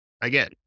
Again